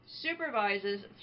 supervises